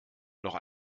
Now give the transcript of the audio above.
noch